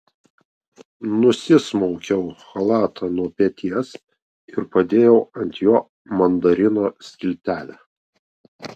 nusismaukiau chalatą nuo peties ir padėjau ant jo mandarino skiltelę